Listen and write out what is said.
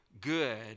good